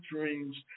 dreams